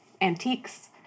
antiques